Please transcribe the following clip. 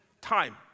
Time